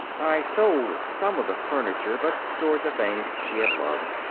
i sold some of the furniture, but stored the things she had loved.